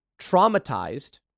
traumatized